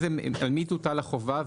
על מי תוטל החובה,